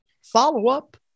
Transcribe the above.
Follow-up